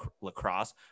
lacrosse